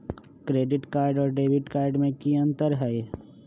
Credit card और debit card में की अंतर हई?